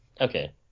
okay